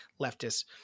leftists